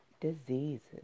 diseases